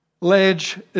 Ledge